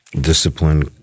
discipline